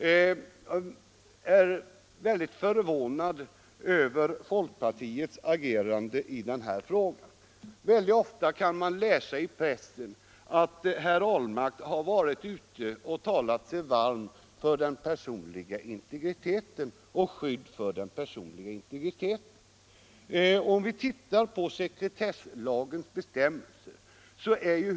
Jag är väldigt förvånad över folkpartiets agerande i denna fråga. Ofta kan man läsa i pressen att herr Ahlmark har talat sig varm för den personliga integriteten och för skydd av denna.